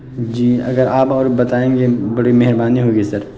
جی اگر آپ اور بتائیں گے بڑی مہربانی ہوگی سر